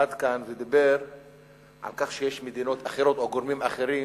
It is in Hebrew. ודיבר על כך שיש מדינות אחרות, או גורמים אחרים,